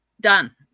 Done